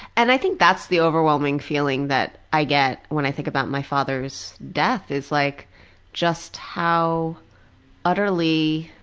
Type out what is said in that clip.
and i think that's the overwhelming feeling that i get when i think about my father's death is like just how utterly